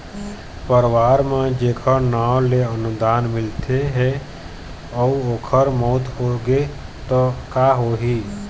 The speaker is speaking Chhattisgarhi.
परवार म जेखर नांव ले अनुदान मिलत हे अउ ओखर मउत होगे त का होही?